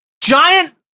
Giant